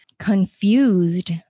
confused